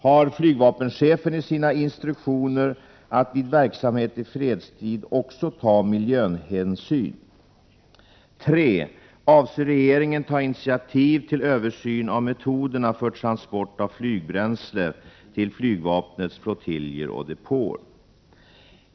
Har flygvapenchefen i sina instruktioner att vid verksamhet i fredstid också ta miljöhänsyn? 3. Avser regeringen ta initiativ till översyn av metoderna för transport av flygbränsle till flygvapnets flottiljer och depåer?